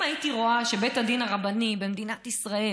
אם הייתי רואה שבית הדין הרבני במדינת ישראל